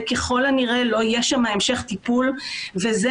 וככל הנראה לא יהיה שם המשך טיפול וזו